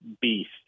beast